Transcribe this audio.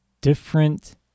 different